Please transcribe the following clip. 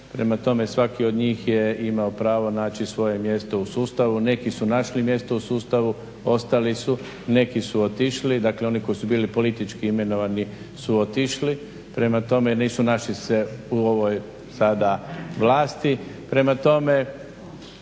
prema tome svaki od njih je imao pravo naći svoje mjesto u sustavu. Neki su našli mjesto u sustavu, ostali su, neki su otišli. Dakle, oni koji su bili politički imenovani su otišli, prema tome, jer nisu našli se u ovoj sada vlasti.